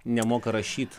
nemoka rašyt